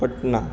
Patna